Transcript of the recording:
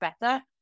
better